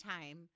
time